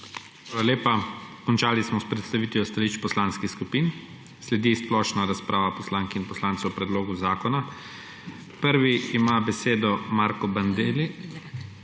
Hvala lepa. Končali smo s predstavitvijo stališč poslanskih skupin. Sledi splošna razprava poslank in poslancev o predlogu zakona. Prvi pa ima besedo predlagatelj.